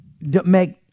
make